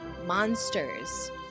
monsters